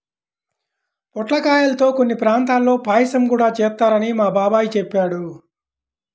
పొట్లకాయల్తో కొన్ని ప్రాంతాల్లో పాయసం గూడా చేత్తారని మా బాబాయ్ చెప్పాడు